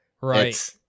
right